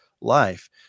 life